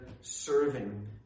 serving